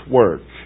work